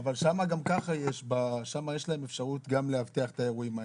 אבל שם גם ככה יש להם אפשרות גם לאבטח את האירועים האלה.